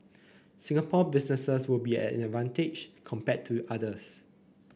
Singapore businesses will be at an advantage compared to others